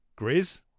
Grizz